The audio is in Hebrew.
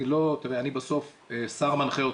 בסוף שר מנחה אותי,